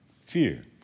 Fear